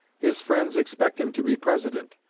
his friends expect him to be president,